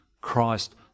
Christ